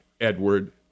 Edward